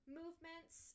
movements